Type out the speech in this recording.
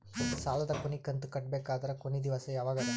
ಸಾಲದ ಕೊನಿ ಕಂತು ಕಟ್ಟಬೇಕಾದರ ಕೊನಿ ದಿವಸ ಯಾವಗದ?